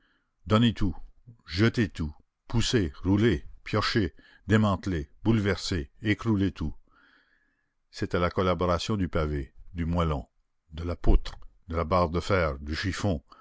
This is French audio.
donnez tout jetez tout poussez roulez piochez démantelez bouleversez écroulez tout c'était la collaboration du pavé du moellon de la poutre de la barre de fer du chiffon